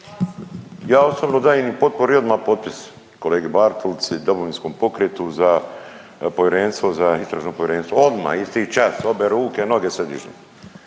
Ja osobno dajem i potporu i odmah potpis kolegi Bartulici i Domovinskom pokretu za povjerenstvo za istražno povjerenstvo odmah isti čas, obe ruke, noge sve dižem.